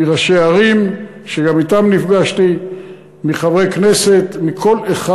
מראשי ערים, שגם אתם נפגשתי, מחברי כנסת, מכל אחד.